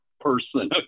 person